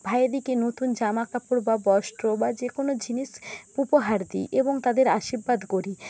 ভাইদেকে নতুন জামাকাপড় বা বস্ত্র বা যে কোনো জিনিস উপহার দিই এবং তাদের আশীর্বাদ করি